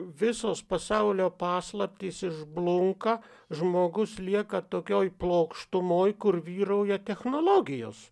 visos pasaulio paslaptys išblunka žmogus lieka tokioj plokštumoj kur vyrauja technologijos